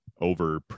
over